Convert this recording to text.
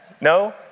No